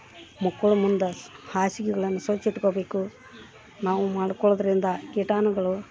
ಮಕ್ಕೊಳೋ ಮುಂದೆ ಹಾಸಿಗೆಗಳನ್ ಸ್ವಚ್ಚ ಇಟ್ಕೋಬೇಕು ನಾವು ಮಾಡ್ಕೋಳೋದರಿಂದ ಕೀಟಾಣುಗಳು